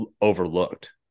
overlooked